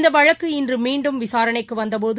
இந்தவழக்கு இன்றுமீண்டும் விசாரணைக்குவந்தபோது